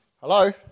Hello